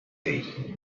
day